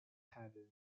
haddon